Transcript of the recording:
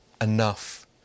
enough